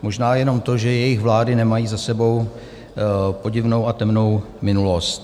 Možná jenom to, že jejich vlády nemají za sebou podivnou a temnou minulost.